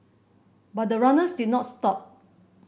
but the runners did not stop